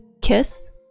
kiss